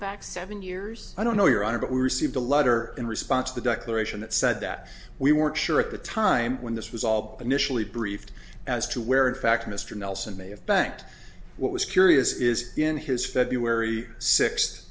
back seven years i don't know your honor but we received a letter in response to the declaration that said that we weren't sure at the time when this was all been initially briefed as to where in fact mr nelson may have banked what was curious is in his february six